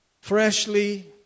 freshly